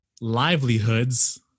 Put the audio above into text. livelihoods